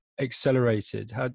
accelerated